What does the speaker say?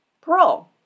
parole